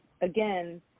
again